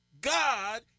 God